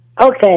Okay